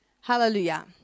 Hallelujah